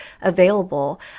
available